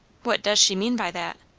what does she mean by that?